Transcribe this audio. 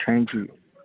thank you